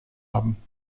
haben